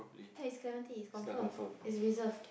ya its clement its confirm its reserved